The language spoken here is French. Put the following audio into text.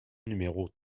numéro